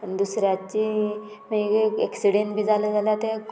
आनी दुसऱ्याची मागीर एक्सिडेंट बी जाले जाल्यार तें